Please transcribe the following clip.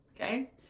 Okay